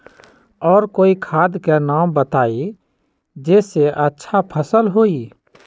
और कोइ खाद के नाम बताई जेसे अच्छा फसल होई?